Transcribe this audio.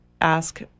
ask